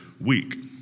week